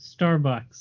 Starbucks